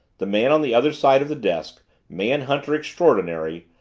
the man on the other side of the desk, man hunter extraordinary,